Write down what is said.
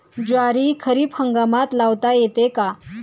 ज्वारी खरीप हंगामात लावता येते का?